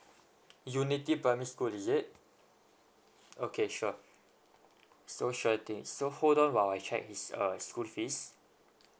unity primary school is it okay sure so sure thing so hold on while I check this uh school fees